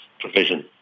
provision